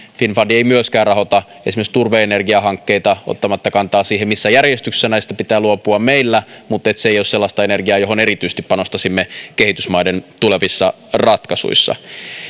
finnfund ei myöskään rahoita esimerkiksi turve energiahankkeita ottamatta kantaa siihen missä järjestyksessä näistä pitää luopua meillä mutta se ei ole sellaista energiaa johon erityisesti panostaisimme kehitysmaiden tulevissa ratkaisuissa